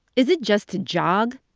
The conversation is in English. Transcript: is it just to jog?